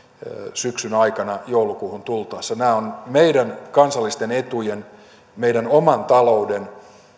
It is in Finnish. syksyn aikana joulukuuhun tultaessa nämä ovat meidän kansallisten etujemme meidän oman taloutemme